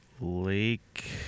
Lake